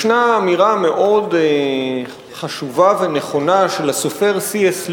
יש אמירה מאוד חשובה ונכונה של הסופר סי.אס.